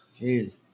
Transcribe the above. Jeez